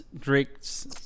Drake's